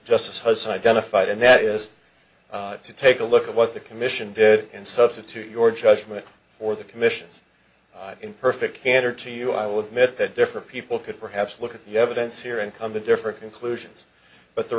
justice has identified and that is to take a look at what the commission did and substitute your judgment for the commission's imperfect candor to you i will admit that different people could perhaps look at the evidence here and come to different conclusions but the